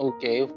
Okay